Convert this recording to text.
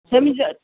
ସେମିତି